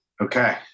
Okay